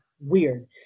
weird